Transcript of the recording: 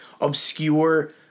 obscure